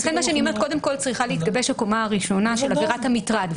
לכן אני אומרת שקודם כל צריכה להתגבש הקומה הראשונה של עבירת המטרד,